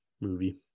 movie